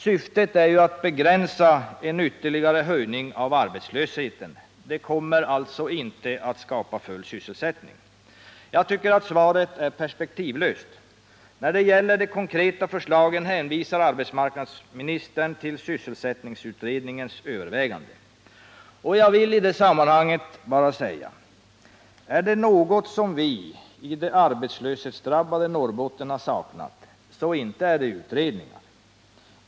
Syftet är att begränsa en ytterligare höjning av arbetslösheten. Det kommer alltså inte att skapas full sysselsättning. Svaret är perspektivlöst. När det gäller de konkreta förslagen hänvisar arbetsmarknadsministern till sysselsättningsutredningen. Jag vill i det sammanhanget bara säga: Är det något som vi i det arbetslöshetsdrabbade Norrbotten har saknat, så inte är det utredningar.